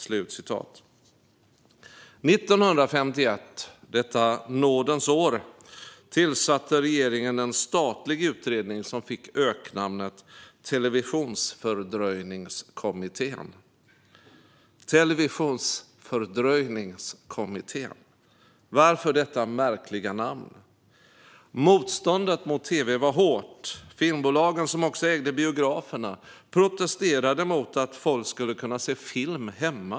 År 1951, detta nådens år, tillsatte regeringen en statlig utredning som fick öknamnet Televisionsfördröjningskommittén. Varför detta märkliga namn? Motståndet mot tv var hårt. Filmbolagen, som också ägde biograferna, protesterade mot att folk skulle kunna se film hemma.